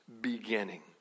beginning